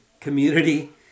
community